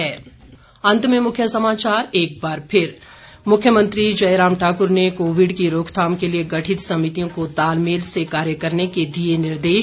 अंत में मुख्य समाचार एक बार फिर मुख्यमंत्री जयराम ठाक्र ने कोविड की रोकथाम के लिए गठित समितियों को तालमेल से कार्य करने के दिए निर्देश